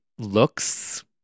Looks